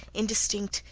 indistinct,